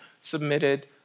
submitted